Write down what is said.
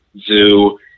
zoo